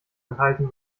enthalten